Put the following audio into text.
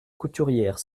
couturière